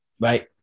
right